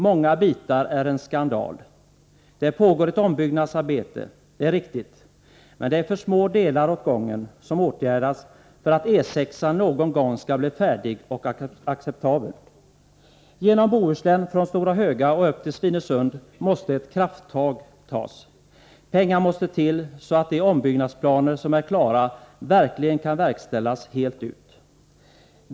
Många bitar är en skandal. Det pågår ett ombyggnadsarbete — det är riktigt — men det är för små delar åt gången som åtgärdas för att E 6-an någon gång skall bli färdig och acceptabel. Genom Bohuslän, från Stora Höga och upp till Svinesund måste ett krafttag tas. Pengar måste till så att de ombyggnadsplaner som är klara verkligen kan genomföras helt ut.